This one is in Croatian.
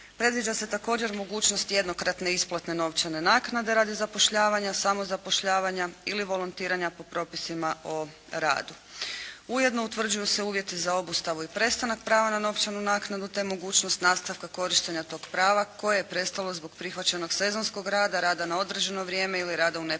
Predviđa se također mogućnost jednokratne isplatne novčane naknade radi zapošljavanja, samozapošljavanja ili volontiranja po propisima o radu. Ujedno utvrđuju se uvjeti za obustavu i prestanak prava na novčanu naknadu te mogućnost nastavka korištenja tog prava koje je prestalo zbog prihvaćenog sezonskog rada, rada na određeno vrijeme ili rada u nepunom